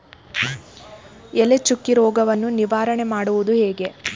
ಎಲೆ ಚುಕ್ಕಿ ರೋಗವನ್ನು ನಿವಾರಣೆ ಮಾಡುವುದು ಹೇಗೆ?